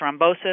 thrombosis